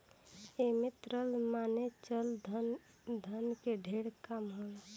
ऐमे तरल माने चल धन के ढेर काम होला